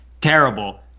Terrible